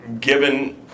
given